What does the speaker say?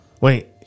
Wait